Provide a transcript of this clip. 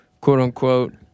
quote-unquote